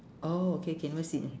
oh okay okay never seen it